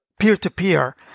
peer-to-peer